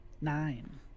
Nine